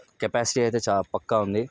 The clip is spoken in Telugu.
కెపాసిటీ అయితే చా పక్కా ఉంది